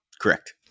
Correct